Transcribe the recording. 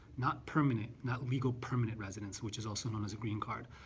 not permanent, not legal permanent residence, which is also known as a green card.